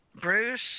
Bruce